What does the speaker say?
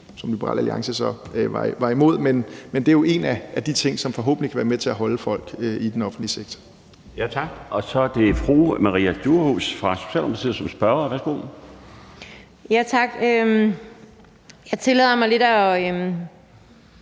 som Liberal Alliance så var imod. Men det er jo en af de ting, som forhåbentlig kan være med til at fastholde folk i den offentlige sektor.